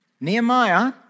Nehemiah